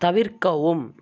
தவிர்க்கவும்